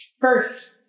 First